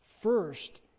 first